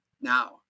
Now